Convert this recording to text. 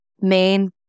main